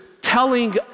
telling